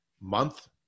month